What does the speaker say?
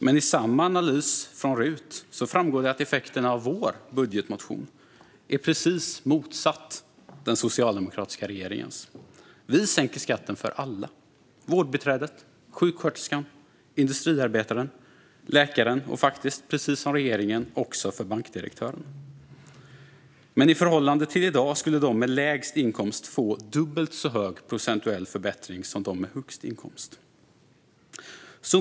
Men i samma analys från RUT framgår det att effekterna av vår budgetmotion är precis motsatta effekterna av den socialdemokratiska regeringens budgetproposition. Vi sänker skatten för alla: för vårdbiträdet, för sjuksköterskan, för industriarbetaren, för läkaren och - precis som regeringen - faktiskt också för bankdirektören. Men i förhållande till i dag skulle de med lägst inkomst få dubbelt så hög procentuell förbättring som de med högst inkomst.